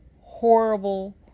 Horrible